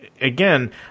again